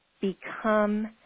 become